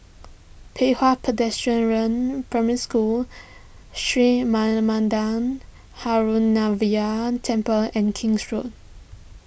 Pei Hwa Pedestrian rain Primary School Sri Manmatha Temple and King's Road